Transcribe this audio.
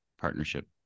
partnership